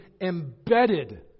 embedded